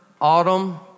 autumn